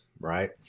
right